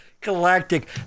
Galactic